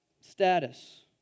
Status